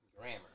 Grammar